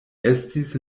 estis